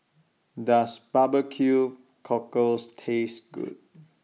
Does Barbecue Cockles Taste Good